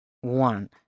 one